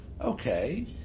Okay